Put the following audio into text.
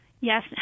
Yes